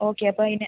okay അപ്പോൾ അതിന്